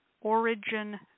origin